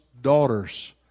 daughters